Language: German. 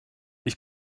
ich